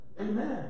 Amen